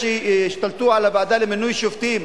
שהשתלטו על הוועדה למינוי שופטים,